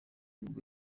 nibwo